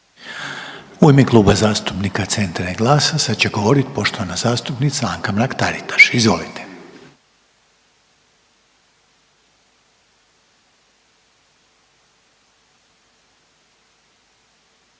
U ime Kluba zastupnika HDZ-a sada će govoriti poštovana zastupnica Majda Burić. Izvolite.